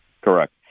Correct